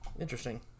Interesting